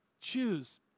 Choose